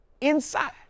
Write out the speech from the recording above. inside